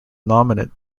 nominate